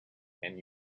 can